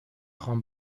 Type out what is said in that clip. خوام